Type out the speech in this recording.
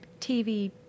TV